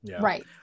right